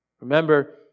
Remember